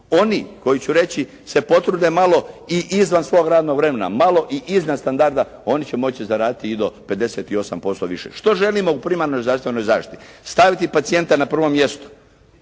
Oni koji će reći se potrude malo i izvan svog radnog vremena, malo i iznad standarda oni će moći zaraditi i do 58% više. Što želimo u primarnoj zdravstvenoj zaštiti? Staviti pacijente na prvo mjesto.